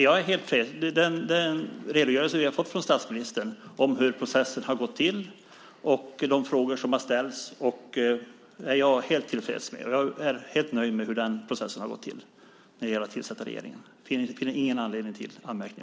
Herr talman! Den redogörelse som vi har fått från statsministern om hur processen har gått till och de frågor som har ställts är jag helt tillfreds med. Jag är helt nöjd med hur processen har gått till när det gäller att tillsätta regeringen. Jag finner ingen anledning till anmärkning.